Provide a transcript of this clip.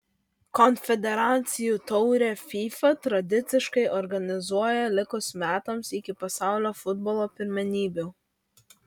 konfederacijų taurę fifa tradiciškai organizuoja likus metams iki pasaulio futbolo pirmenybių